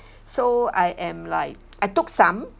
so I am like I took some